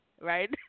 right